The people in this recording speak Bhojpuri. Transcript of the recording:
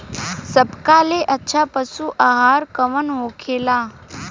सबका ले अच्छा पशु आहार कवन होखेला?